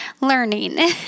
learning